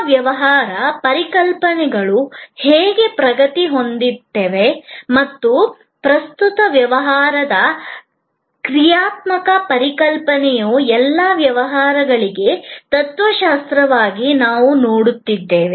ಸೇವಾ ವ್ಯವಹಾರ ಪರಿಕಲ್ಪನೆಗಳು ಹೇಗೆ ಪ್ರಗತಿ ಹೊಂದುತ್ತಿವೆ ಮತ್ತು ಪ್ರಸ್ತುತ ವ್ಯವಹಾರದ ಕ್ರಿಯಾತ್ಮಕ ಪರಿಕಲ್ಪನೆಯು ಎಲ್ಲಾ ವ್ಯವಹಾರಗಳಿಗೆ ತತ್ವಶಾಸ್ತ್ರವಾಗಿ ನಾವು ನೋಡಿದ್ದೇವೆ